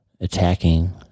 attacking